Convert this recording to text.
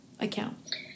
account